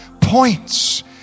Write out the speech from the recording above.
points